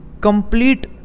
Complete